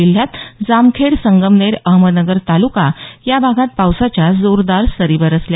जिल्ह्यात जामखेड संगमनेर अहमदनगर तालुका या भागात पावसाच्या जोरदार सरी बरसल्या